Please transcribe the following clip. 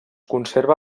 conserva